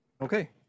Okay